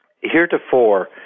heretofore